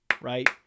right